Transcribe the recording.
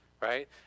right